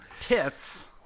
tits